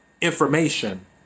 information